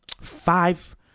five